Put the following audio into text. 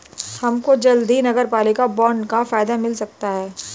हमको जल्द ही नगरपालिका बॉन्ड का फायदा मिल सकता है